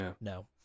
No